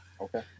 okay